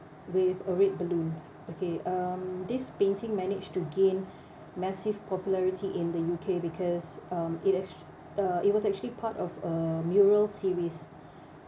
with a red balloon okay um this painting managed to gain massive popularity in the U_K because um it actua~ uh it was actually part of a mural series